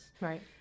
right